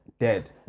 dead